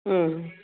ಹ್ಞೂ